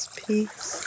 peace